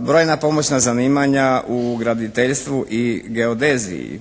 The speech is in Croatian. brojna pomoćna zanimanja u graditeljstvu i geodeziji,